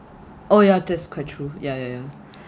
oh ya that's quite true ya ya ya